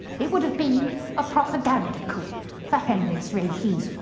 it would've been a propaganda coup for henry's regime.